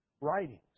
writings